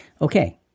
Okay